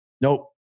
Nope